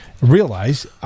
realize